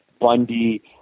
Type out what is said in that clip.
Bundy